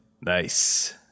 Nice